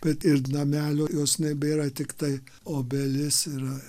bet ir namelio jos nebėra tiktai obelis yra